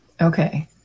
Okay